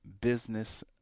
business